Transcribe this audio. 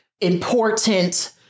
important